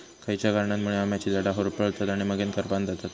खयच्या कारणांमुळे आम्याची झाडा होरपळतत आणि मगेन करपान जातत?